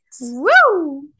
Woo